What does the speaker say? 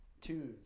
Two's